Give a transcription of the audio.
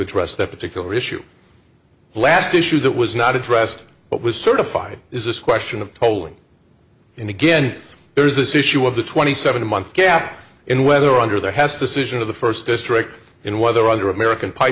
address that particular issue last issue that was not addressed but was certified is this question of polling and again there's this issue of the twenty seven month gap in whether under there has to sit in the first district in whether under american pi